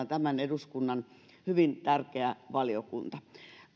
tämän eduskunnan hyvin tärkeä valiokunta